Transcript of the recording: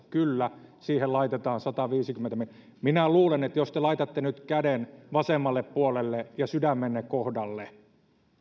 kyllä siihen laitetaan sataviisikymmentä miljoonaa jos te laitatte nyt käden vasemmalle puolelle ja sydämenne kohdalle